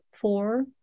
four